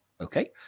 Okay